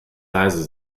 leise